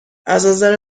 ازنظر